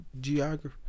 geography